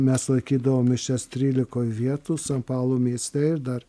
mes laikydavom mišias trylikoj vietų san paulo mieste ir dar